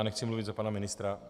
Já nechci mluvit za pana ministra.